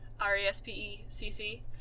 R-E-S-P-E-C-C